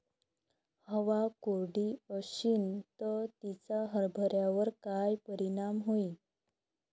हवा कोरडी अशीन त तिचा हरभऱ्यावर काय परिणाम होईन?